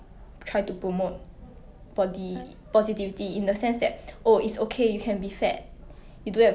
ya